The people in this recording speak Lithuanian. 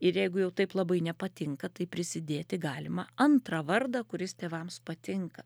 ir jeigu jau taip labai nepatinka tai prisidėti galima antrą vardą kuris tėvams patinka